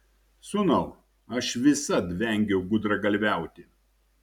sūnau aš visad vengiau gudragalviauti